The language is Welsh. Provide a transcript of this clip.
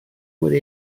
wedi